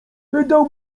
wydał